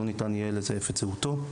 לא ניתן יהיה לזייף את זהותו.